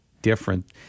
different